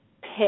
pick